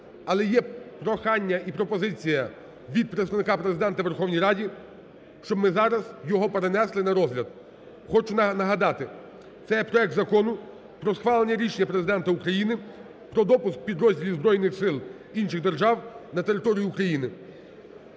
але є прохання і пропозиція від Представника Президента у Верховній Раді, щоб ми зараз його перенесли на розгляд. Хочу нагадати: це проект Закону про схвалення рішення Президента України про допуск підрозділів збройних сил інших держав на територію України.